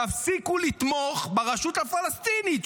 תפסיקו לתמוך ברשות הפלסטינית,